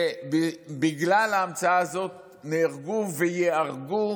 ובגלל ההמצאה הזאת נהרגו וייהרגו